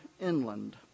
inland